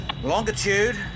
Longitude